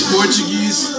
Portuguese